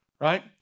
right